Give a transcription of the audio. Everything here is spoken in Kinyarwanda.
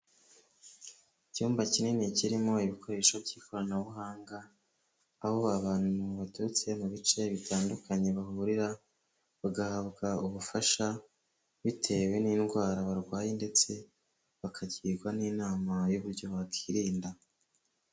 Icyumba kinini kirimo ibikoresho by'ikoranabuhanga, aho abantu baturutse mu bice bitandukanye bahurira, bagahabwa ubufasha bitewe n'indwara barwaye ndetse bakagirwa n'inama y'uburyo bakirinda.